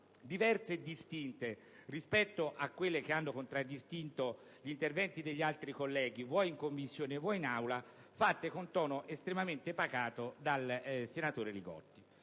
diverse e distinte rispetto a quelle che hanno contraddistinto gli interventi degli altri colleghi sia in Commissione che in Aula, fatte con tono estremamente pacato dal senatore Li Gotti.